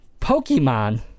Pokemon